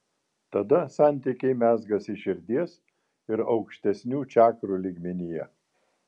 tada santykiai mezgasi širdies ir aukštesnių čakrų lygmenyje